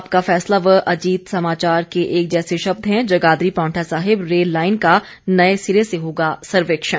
आपका फैसला व अजीत समाचार के एक जैसे शब्द हैं जगाधरी पांवटा साहिब रेल लाईन का नए सिरे से होगा सर्वेक्षण